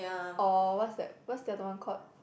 or what's that what's the other one called